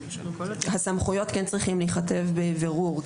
הסמכויות כן צריכים להיכתב בבירור,